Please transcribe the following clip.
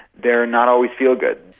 they are not always feel-good.